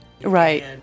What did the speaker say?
Right